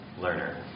learner